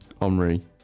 Omri